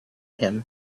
him